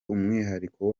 umwihariko